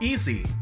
Easy